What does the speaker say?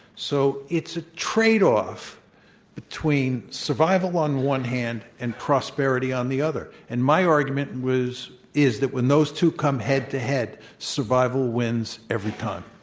so it's a tradeoff between survival on one hand and prosperity on the other. and my argument is that when those two come head-to-head survival wins every time.